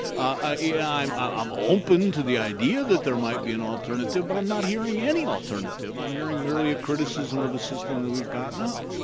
ah yeah i'm i'm open to the idea that there might be an alternative, but i'm not hearing any alternative. i'm hearing merely a criticism of the system that we've got now.